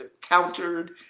countered